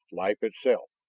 life itself.